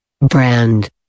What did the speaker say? Brand